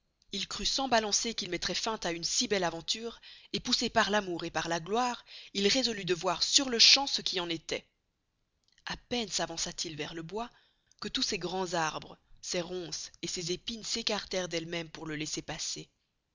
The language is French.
il crut sans balancer qu'il mettroit fin à une si belle avanture et poussé par l'amour et par la gloire il résolut de voir sur le champ ce qui en estoit à peine savança t il vers le bois que tous ces grands arbres ces ronces et ces épines s'écarterent delles mesmes pour le laisser passer